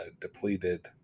depleted